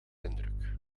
indruk